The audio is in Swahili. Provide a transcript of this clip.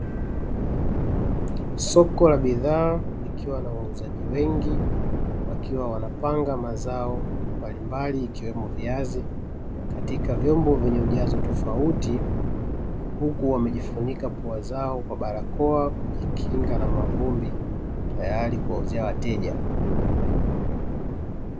Soko la bidhaa likiwa na wauzaji wengi, wakiwa wanapanga mazao mbalimbali ikiwemo viazi, katika vyombo vyenye ujazo tofauti, huku wamejifunika pua zao kwa barakoa kujikinga na mavumbi tayari kuwauzia wateja.